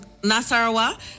Nasarawa